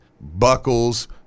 Buckles